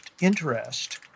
interest